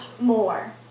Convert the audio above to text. more